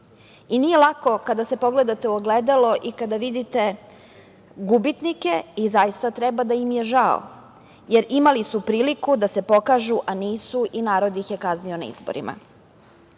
Nije lako kada se pogledate u ogledalo i kada vidite gubitnike i zaista treba da im je žao, jer imali su priliku da se pokažu, a nisu i narod ih je kaznio na izborima. Ja